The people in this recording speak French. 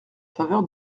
faveur